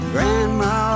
Grandma